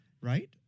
right